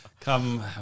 come